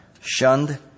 shunned